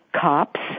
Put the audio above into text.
cops